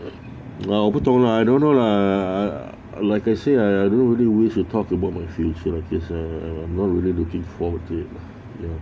ah 我不懂 lah I don't know lah I like I said I don't really wish to talk about my future lah cause I I not really looking forward to it